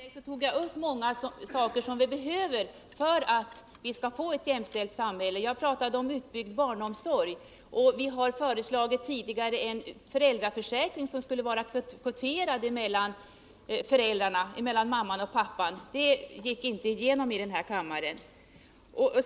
Herr talman! Redan i mitt första inlägg tog jag upp många av de saker som vi behöver för att vi skall få ett jämställt samhälle. Jag talade bl.a. om en utbyggd barnomsorg. Vi har tidigare föreslagit en föräldraförsäkring som skulle vara kvoterad mellan mamman och pappan. Det förslaget gick inte igenom i den här kammaren.